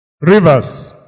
Rivers